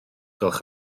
gwelwch